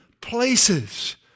places